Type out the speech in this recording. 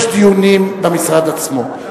יש דיונים במשרד עצמו.